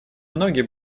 многие